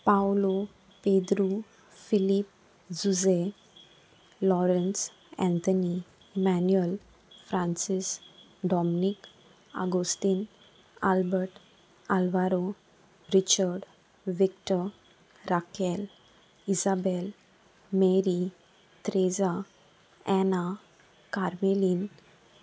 पावलो पेद्रू फिलीप झुझे लॉरन्स एथनी इमेान्युअल फ्रांसीस डॉमिनीक आगोस्टीन आल्बर्ट आल्वारो रिचर्ड वक्ट राकेल इजाबेल मेरी त्रेजा एना कार्मेलीन